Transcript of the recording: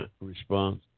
response